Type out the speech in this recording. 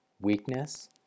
weakness